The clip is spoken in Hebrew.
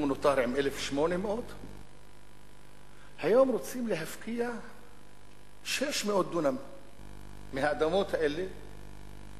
הוא נותר עם 1,800. היום רוצים להפקיע 600 דונם מהאדמות האלה.